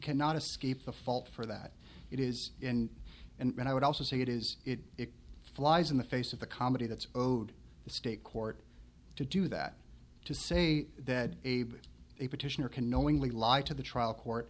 cannot escape the fault for that it is in and i would also say it is it flies in the face of the comedy that's owed the state court to do that to say that abe a petitioner can knowingly lie to the trial court